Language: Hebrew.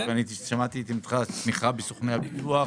ואני שמעתי את תמיכתך בסוכני הביטוח.